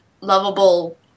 lovable